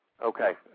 Okay